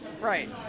Right